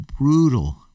brutal